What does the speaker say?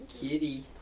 Kitty